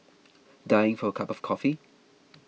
dying for a cup of coffee